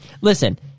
Listen